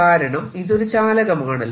കാരണം ഇതൊരു ചാലകമാണല്ലോ